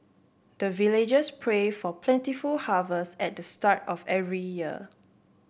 the villagers pray for plentiful harvest at the start of every year